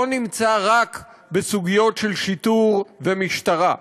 לא נמצא רק בסוגיות של שיטור ומשטרה.